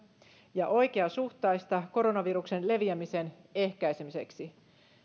ja oikeasuhtaista koronaviruksen leviämisen ehkäisemiseksi